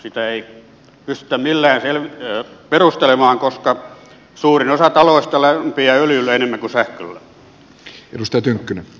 sitä ei pystytä millään perustelemaan koska suurin osa taloista lämpiää öljyllä enemmän kuin sähköllä